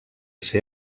ser